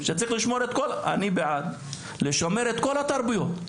אני בעד לשמר את כל התרבויות,